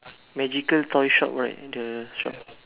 magical toy shop right the shop